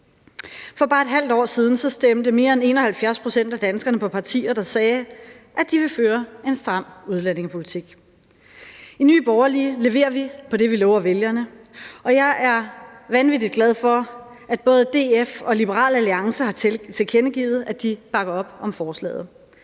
For bare et halvt år siden stemte mere end 71 pct. af danskerne på partier, der sagde, at de vil føre en stram udlændingepolitik. I Nye Borgerlige leverer vi på det, vi lover vælgerne, og jeg er vanvittig glad for, at både DF og Liberal Alliance har tilkendegivet, at de bakker op om forslaget.